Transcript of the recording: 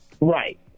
Right